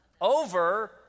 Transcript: over